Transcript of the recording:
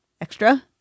Extra